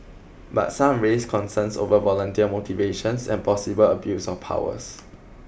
but some raised concerns over volunteer motivations and possible abuse of powers